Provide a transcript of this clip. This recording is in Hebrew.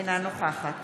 אינה נוכחת